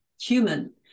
human